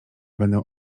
będę